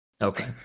Okay